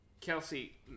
kelsey